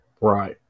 Right